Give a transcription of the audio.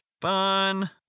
fun